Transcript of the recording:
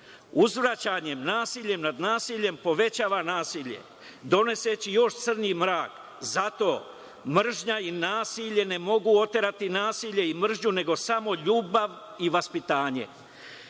Uzvraćanjem nasilja nad nasiljem povećava se nasilje, donoseći još crnji mrak. Zato mržnja i nasilje ne mogu oterati nasilje i mržnju, nego samo ljubav i vaspitanje. Na